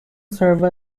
serve